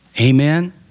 Amen